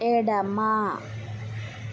ఎడమ